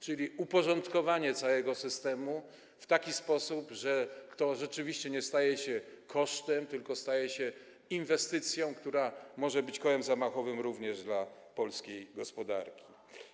Czyli jest to uporządkowanie całego systemu w taki sposób, że to rzeczywiście nie staje się kosztem, tylko staje się inwestycją, która może być kołem zamachowym również dla polskiej gospodarki.